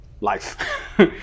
life